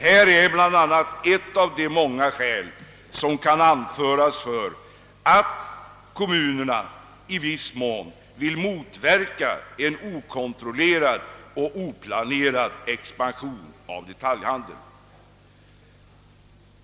Detta är blott ett exempel på de många skäl som kan anföras för att kommunerna i viss mån vill motverka en okontrollerad och oplanerad expansion av detaljhandeln.